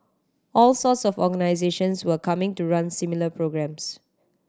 all sorts of organisations were coming to run similar programmes